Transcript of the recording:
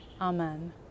Amen